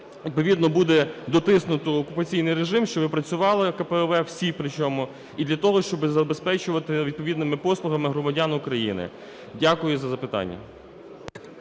відповідно буде дотиснуто окупаційний режим, щоб працювали КПВВ, всі причому, і для того щоб забезпечувати відповідними послугами громадян України. Дякую за запитання.